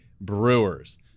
Brewers